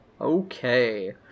Okay